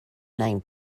nine